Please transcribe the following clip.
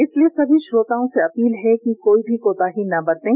इसलिए सभी श्रोताओं से अपील है कि कोई भी कोताही ना बरतें